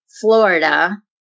Florida